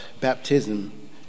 baptism